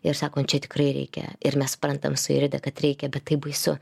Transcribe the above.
ir sakom čia tikrai reikia ir mes suprantam su irde kad reikia bet taip baisu